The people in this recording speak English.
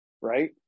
right